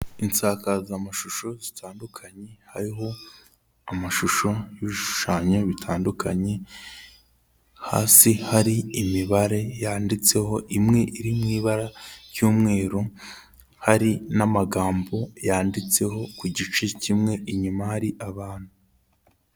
Insakazamashusho zitandukanye hariho amashusho y'ibishushanyo bitandukanye, hasi hari imibare yanditseho imwe iri mu ibara ry'umweru, hari n'amagambo yanditseho ku gice kimwe inyuma hari abantu.